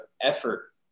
effort